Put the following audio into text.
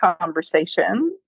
conversation